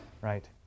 Right